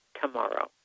tomorrow